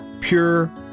pure